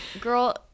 Girl